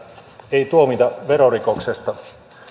ei tuomita verorikoksesta